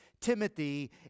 Timothy